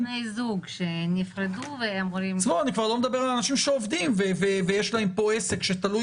אני כבר לא מדבר על אנשים שעובדים ויש להם פה עסק שתלוי